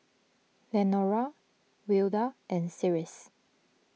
Lenora Wilda and Cyrus